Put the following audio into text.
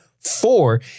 Four